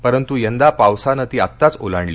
परंतु यंदा पावसाने ती आताच ओलांडली